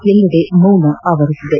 ಎಲ್ಲಡೆ ಮೌನ ಆವರಿಸಿದೆ